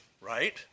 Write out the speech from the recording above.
right